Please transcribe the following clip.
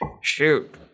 shoot